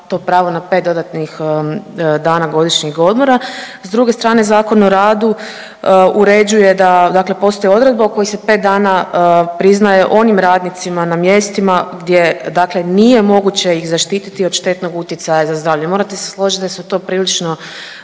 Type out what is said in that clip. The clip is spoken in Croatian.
to pravo na 5 dodatnih dana godišnjeg odmora. S druge strane, ZOR uređuje da, dakle postoji odredba u kojoj se 5 dana priznaje onim radnicima na mjestima gdje, dakle nije moguće ih zaštiti od štetnog utjecaja za zdravlje. Morate se složiti da su to prilično,